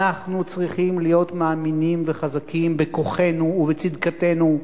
אנחנו צריכים להיות מאמינים וחזקים בכוחנו ובצדקתנו,